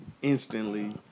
Instantly